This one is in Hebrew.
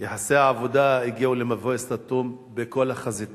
אני חסיד גדול של העבודה המאורגנת ושל השירות